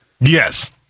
Yes